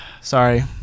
Sorry